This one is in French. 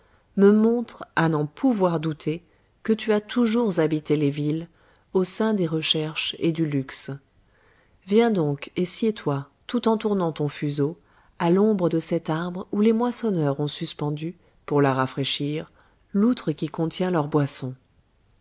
me montrent à n'en pouvoir douter que tu as toujours habité les villes au sein des recherches et du luxe viens donc et assieds-toi tout en tournant ton fuseau à l'ombre de cet arbre où les moissonneurs ont suspendu pour la rafraîchir l'outre qui contient leur boisson